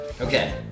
Okay